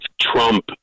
Trump